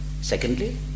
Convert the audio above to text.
Secondly